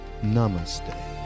Namaste